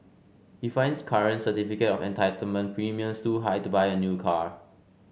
he finds current certificate of entitlement premiums too high to buy a new car